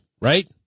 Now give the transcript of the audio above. right